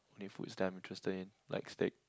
only food is damn interesting like steak